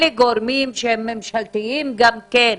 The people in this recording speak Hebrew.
אלה גורמים שהם ממשלתיים גם כן.